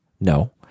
No